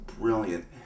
brilliant